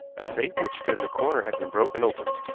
a safe which stood in a corner had been broken open.